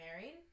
married